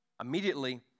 immediately